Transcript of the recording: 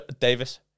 Davis